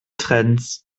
trends